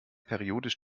periodisch